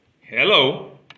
Hello